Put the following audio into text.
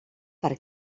per